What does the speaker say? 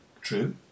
True